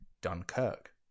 Dunkirk